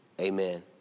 amen